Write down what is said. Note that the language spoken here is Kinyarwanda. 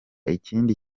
ikindi